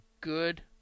good